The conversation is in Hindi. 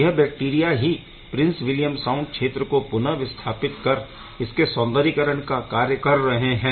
यह बैक्टीरिया ही प्रिन्स विलियम साउण्ड क्षेत्र को पुनः विस्थापित कर इसके सौंदर्यकरण का कार्य कर रहे है